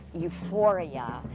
euphoria